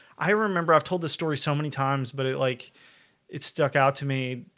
i remember, i've told this story so many times but it like it stuck out to me.